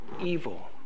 evil